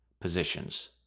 positions